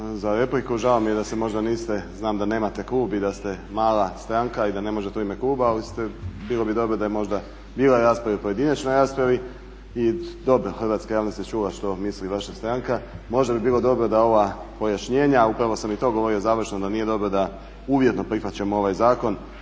za repliku. Žao mi je da se možda niste, znam da nemate klub i da ste mala stranka i da ne možete u ime kluba, ali bilo bi dobro da je bila rasprava i u pojedinačnoj raspravi i dobro hrvatska javnost je čula što misli vaša stranka. Možda bi bilo dobro da ovaj pojašnjenja, upravo sam i to govorio završno da nije dobro da uvjetno prihvaćamo ovaj zakon.